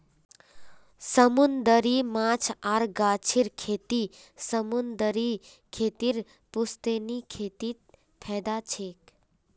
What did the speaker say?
समूंदरी माछ आर गाछेर खेती समूंदरी खेतीर पुश्तैनी खेतीत फयदा छेक